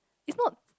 is not